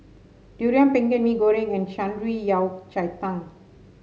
Durian Pengat Mee Goreng and Shan Rui Yao Cai Tang